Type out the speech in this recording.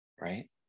right